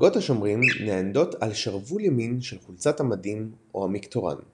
דרגות השומרים נענדות על שרוול ימין של חולצת המדים או המקטורן.